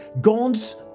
God's